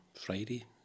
Friday